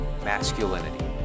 masculinity